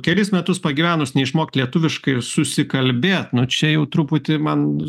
kelis metus pagyvenus neišmokt lietuviškai ir susikalbėt nu čia jau truputį man